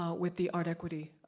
ah with the art equity,